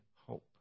hope